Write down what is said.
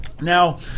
Now